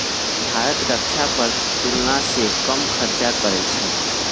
भारत रक्षा पर तुलनासे कम खर्चा करइ छइ